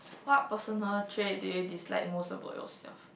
what personal trait do you dislike most about yourself